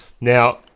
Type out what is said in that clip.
Now